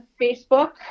Facebook